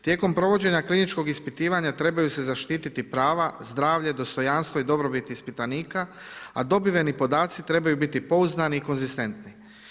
Tijekom provođenja kliničkog ispitivanja trebaju se zaštitit prava, zdravlje, dostojanstvo i dobrobit ispitanika, a dobiveni podaci trebaju biti pouzdani i konzistentni.